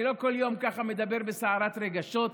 אני לא כל יום מדבר ככה בסערת רגשות.